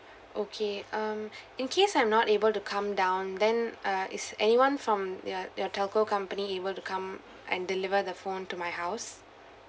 okay um in case I'm not able to come down then uh is anyone from your your telco company able to come and deliver the phone to my house